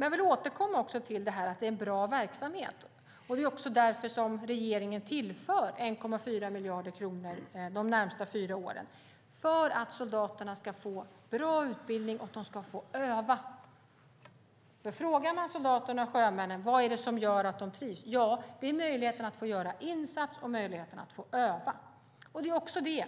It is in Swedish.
Jag vill återkomma till att det här är en bra verksamhet. Det är också därför regeringen tillför 1,4 miljarder kronor de närmaste fyra åren. Soldaterna ska få bra utbildning, och de ska få öva. När man frågar soldaterna och sjömännen vad som gör att de trivs svarar de nämligen att det är möjligheten att göra insats och att öva. Turligt nog är det ju också det